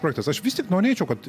projektas aš vis tik norėčiau kad